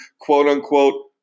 quote-unquote